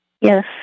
Yes